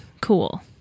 cool